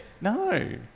No